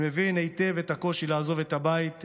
אני מבין היטב את הקושי לעזוב את הבית,